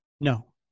No